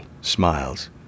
smiles